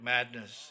Madness